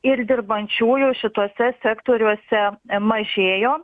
ir dirbančiųjų šitose sektoriuose mažėjo